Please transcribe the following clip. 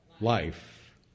life